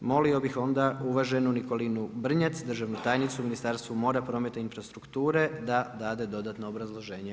Molio bih onda uvaženu Nikolinu Brnjac, državnu tajnicu u Ministarstvu, mora, prometa i infrastrukture da dade dodano obrazloženje.